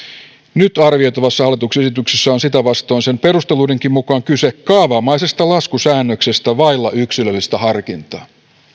nyt arvioitavassa hallituksen esityksessä on sitä vastoin sen perusteluidenkin mukaan kyse kaavamaisesta laskusäännöksestä vailla yksilöllistä harkintaa